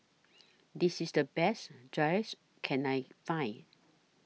This IS The Best Gyros Can I Find